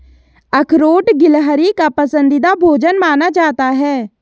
अखरोट गिलहरी का पसंदीदा भोजन माना जाता है